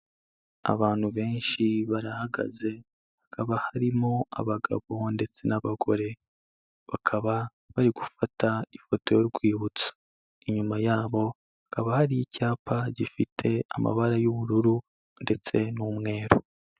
Abantu benshi barahagaze hakaba harimo abagabo ndetse n'abagore, bakaba bari gufata ifoto y'urwibutso, inyuma yabo hakaba hari icyapa gifite amabara y'ubururu ndetse n'umweru.